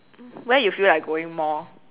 where you feel like going more